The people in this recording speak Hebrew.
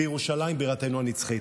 בירושלים בירתנו הנצחית.